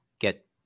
get